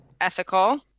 ethical